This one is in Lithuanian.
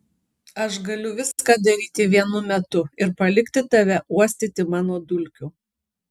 aš galiu viską daryti vienu metu ir palikti tave uostyti mano dulkių